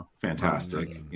fantastic